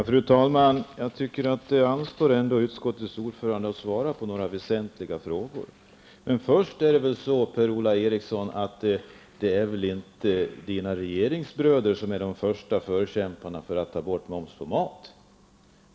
Fru talman! Jag tycker att det ändå anstår utskottets ordförande att svara på vissa väsentliga frågor. Det är väl inte så, Per-Ola Eriksson, att det är era regeringsbröder som är de främsta förkämparna när det gäller att ta bort momsen på mat.